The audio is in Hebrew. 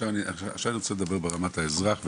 עכשיו אני רוצה לדבר ברמת האזרח.